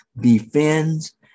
defends